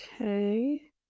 Okay